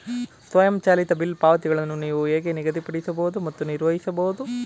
ಸ್ವಯಂಚಾಲಿತ ಬಿಲ್ ಪಾವತಿಗಳನ್ನು ನೀವು ಹೇಗೆ ನಿಗದಿಪಡಿಸಬಹುದು ಮತ್ತು ನಿರ್ವಹಿಸಬಹುದು?